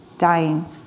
dying